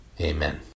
Amen